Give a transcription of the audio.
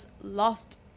lost